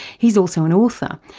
he's also an author,